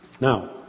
Now